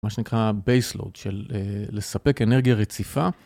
מה שנקרא Baseload של לספק אנרגיה רציפה.